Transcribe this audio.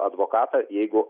advokatą jeigu